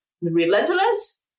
relentless